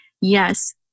Yes